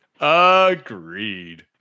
Agreed